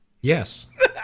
yes